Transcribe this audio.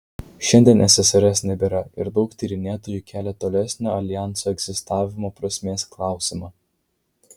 šiandien ssrs nebėra ir daug tyrinėtojų kelia tolesnio aljanso egzistavimo prasmės klausimą